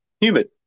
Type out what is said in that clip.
humid